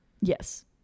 Yes